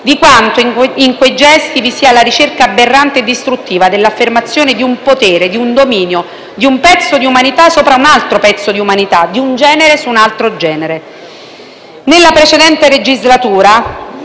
di quanto in quei gesti vi sia la ricerca aberrante e distruttiva dell'affermazione di un potere, di un dominio, di un pezzo di umanità sopra un altro pezzo di umanità, di un genere su un altro genere. Nella precedente legislatura